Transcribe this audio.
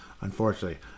unfortunately